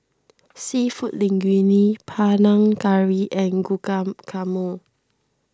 Seafood Linguine Panang Curry and Guacamole